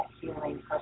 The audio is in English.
healing